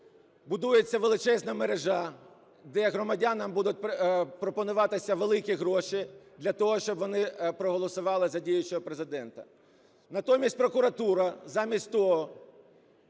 Будується величезна мережа, де громадянам будуть пропонуватися великі гроші для того, щоб вони проголосували за діючого Президента. Натомість прокуратура замість того,